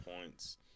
points